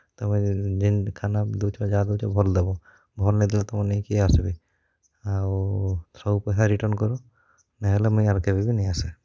ତମେ ଯେନ୍ ଖାନା ଦଉଛ ଯାହା ଦଉଛ ଭଲ୍ ଦେବ ଭଲ୍ ନେଇଁ ଦେଲେ ତମରନିକେ କେ ଆସ୍ବେ ଆଉ ସବୁ ପଏସା ରିଟର୍ଣ୍ଣ୍ କର ନେଇଁ ହେଲେ ଆର୍ କେବେ ବି ନେଇଁ ଆସେ